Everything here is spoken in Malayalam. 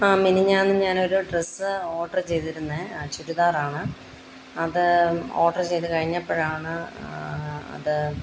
മിനിഞ്ഞാന്ന് ഞാനൊരു ഡ്രസ്സ് ഓഡറ് ചെയ്തിരുന്നേ ആ ചുരിദാറാണ് അത് ഓഡറ് ചെയ്ത് കഴിഞ്ഞപ്പോഴാണ് അത്